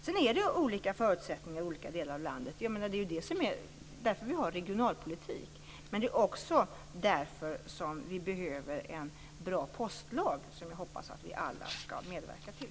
Sedan är det olika förutsättningar i olika delar av landet. Det är ju därför som vi har regionalpolitik. Men det är också därför som vi behöver en bra postlag som jag hoppas att vi alla skall medverka till.